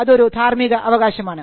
അത് ഒരു ധാർമിക അവകാശമാണ്